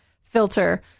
filter